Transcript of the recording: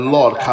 Lord